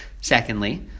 Secondly